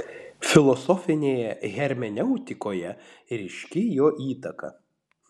filosofinėje hermeneutikoje ryški jo įtaka